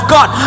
God